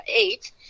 eight